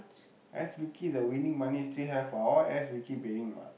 S Vicky the winning money still have what all S Vicky paying what